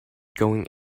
going